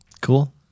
Cool